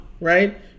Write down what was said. right